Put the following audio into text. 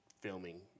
filming